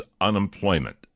unemployment